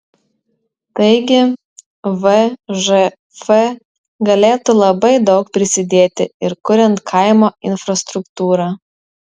taigi vžf galėtų labai daug prisidėti ir kuriant kaimo infrastruktūrą